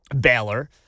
Baylor